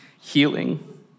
healing